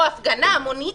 או הפגנה המונית,